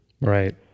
Right